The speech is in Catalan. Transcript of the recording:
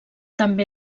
també